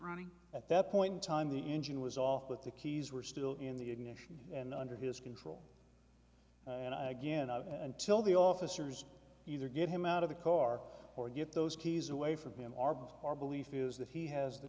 running at that point in time the engine was off with the keys were still in the ignition and under his control again until the officers either get him out of the car or get those keys away from him or by our belief is that he has the